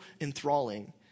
enthralling